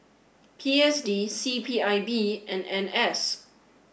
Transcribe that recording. P S D C P I B and N S